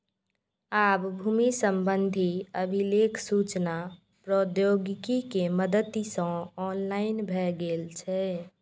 आब भूमि संबंधी अभिलेख सूचना प्रौद्योगिकी के मदति सं ऑनलाइन भए गेल छै